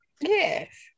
Yes